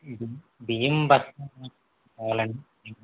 బియ్యం బస్తా కావాలండి